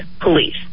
police